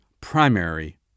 primary